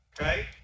Okay